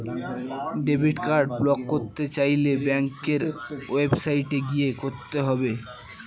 debit card block করতে চাইলে ব্যাঙ্কের ওয়েবসাইটে গিয়ে করতে হবে